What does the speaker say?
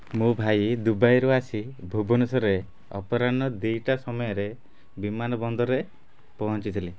ମୋ ଭାଇ ଦୁବାଇରୁ ଆସି ଭୁବନେଶ୍ୱରରେ ଅପରାହ୍ନ ଦୁଇଟା ସମୟରେ ବିମାନବନ୍ଦରେ ପହଞ୍ଚିଥିଲେ